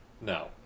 no